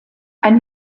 ein